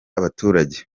abaturage